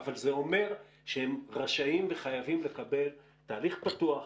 אבל זה אומר שהם רשאים וחייבים לקבל תהליך פתוח,